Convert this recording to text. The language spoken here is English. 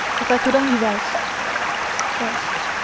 if i could only rest rest.